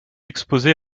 exposée